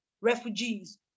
refugees